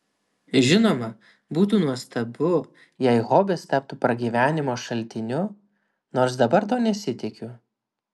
žinoma būtų nuostabu jei hobis taptų pragyvenimo šaltiniu nors dabar to nesitikiu